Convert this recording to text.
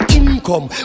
income